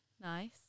nice